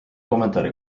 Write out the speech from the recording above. kommentaari